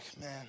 man